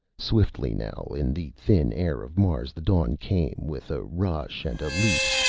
swiftly now, in the thin air of mars, the dawn came with a rush and a leap,